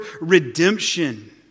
redemption